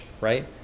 right